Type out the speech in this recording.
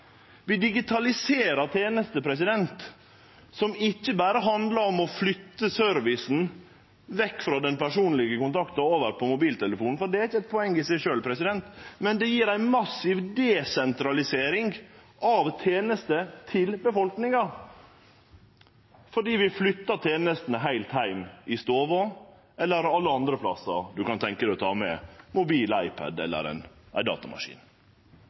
Vi digitaliserer tenester, noko som ikkje berre handlar om å flytte servicen vekk frå den personlege kontakten og over på mobiltelefonen, for det er ikkje eit poeng i seg sjølv, men det gjev ei massiv desentralisering av tenester til befolkninga fordi vi flytter tenestene heilt heim i stova, eller alle andre plassar ein kan tenkje seg å ta med mobil, iPad eller datamaskin.